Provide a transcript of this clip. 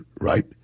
right